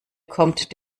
kommt